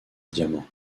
diamant